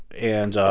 and.